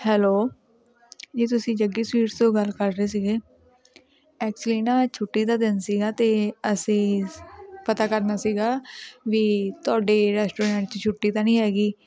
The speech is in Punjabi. ਹੈਲੋ ਜੀ ਤੁਸੀਂ ਜੱਗੀ ਸਵੀਟਸ ਤੋਂ ਗੱਲ ਕਰ ਰਹੇ ਸੀਗੇ ਐਕਚਲੀ ਨਾ ਛੁੱਟੀ ਦਾ ਦਿਨ ਸੀਗਾ ਅਤੇ ਅਸੀਂ ਪਤਾ ਕਰਨਾ ਸੀਗਾ ਵੀ ਤੁਹਾਡੇ ਰੈਸਟੋਰੈਂਟ 'ਚ ਛੁੱਟੀ ਤਾਂ ਨਹੀਂ ਹੈਗੀ